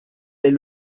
est